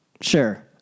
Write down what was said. Sure